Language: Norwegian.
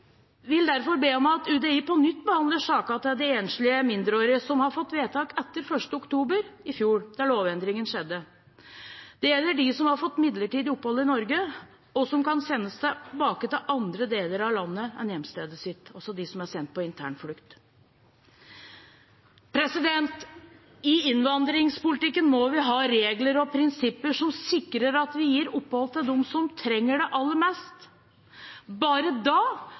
vil derfor be om at UDI på nytt behandler sakene til de enslige mindreårige som har fått vedtak etter 1. oktober i fjor, da lovendringen skjedde. Det gjelder dem som har fått midlertidig opphold i Norge, og som kan sendes tilbake til andre deler av landet enn hjemstedet sitt, altså de som er sendt på internflukt. I innvandringspolitikken må vi ha regler og prinsipper som sikrer at vi gir opphold til dem som trenger det aller mest. Bare da